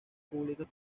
públicas